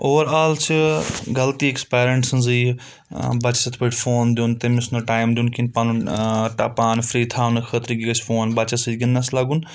overall چھِ غلطی اَکِس پَیرَنٛٹ سٕنٛزٕے یہِ بَچَس یِتھ پٲٹھۍ فون دِیُن تٔمِس نہٕ ٹایِم دِیُن کِہِنۍ پَنُن پان فِرِی تھاونہٕ خٲطرٕ گژھِ فون بَچَس سۭتۍ گِنٛدنَس لَگُن